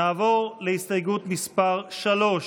נעבור להסתייגות מס' 3,